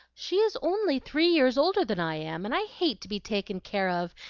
she is only three years older than i am, and i hate to be taken care of,